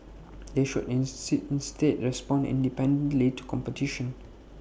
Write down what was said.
they should in see instead respond independently to competition